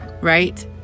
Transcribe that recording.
right